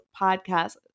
podcast